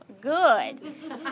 good